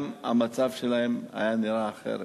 גם המצב שלהם היה נראה אחרת.